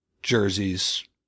jerseys